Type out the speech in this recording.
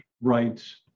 rights